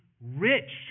rich